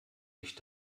nicht